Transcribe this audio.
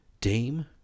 Dame